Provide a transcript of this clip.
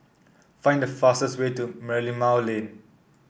find the fastest way to Merlimau Lane